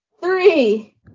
three